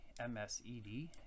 MSED